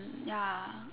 mm ya